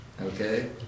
okay